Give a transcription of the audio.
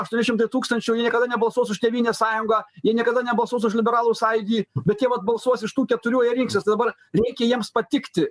aštuoni šimtai tūkstančių jie niekada nebalsuos už tėvynės sąjungą jie niekada nebalsuos už liberalų sąjūdį bet jie vat balsuos iš tų keturių jie rinksis tai dabar reikia jiems patikti